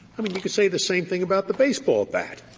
i mean, you could say the same thing about the baseball bat.